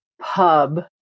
Pub